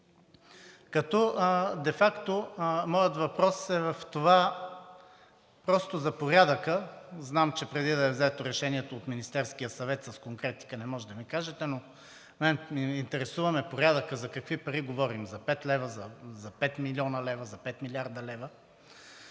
като де факто моят въпрос е за порядъка. Знам, че преди да е взето решението от Министерския съвет, с конкретика не можете да ми кажете, но ме интересува порядъка – за какви пари говорим – за 5 лв., за 5 млн. лв., за 5 млрд. лв.?